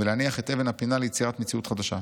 ולהניח את אבן הפינה ליצירת מציאות חדשה,